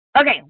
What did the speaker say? Okay